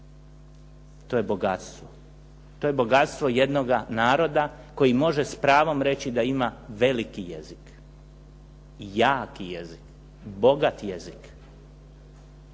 To je bogatstvo. To je bogatstvo jednoga naroda koji može s pravom reći da ima veliki jezik i jaki jezik, bogat jezik.